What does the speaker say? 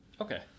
Okay